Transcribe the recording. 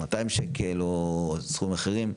200 שקל או סכומים אחרים.